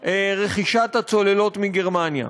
רכישת הצוללות מגרמניה.